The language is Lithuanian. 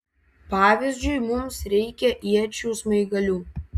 pavyzdžiui mums reikia iečių smaigalių